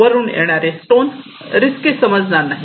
वरून येणारे वरून स्टोन रिस्की समजणार नाही